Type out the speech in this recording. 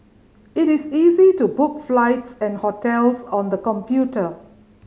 it is easy to book flights and hotels on the computer